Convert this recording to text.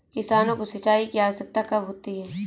किसानों को सिंचाई की आवश्यकता कब होती है?